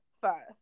five